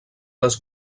les